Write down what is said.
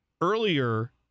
earlier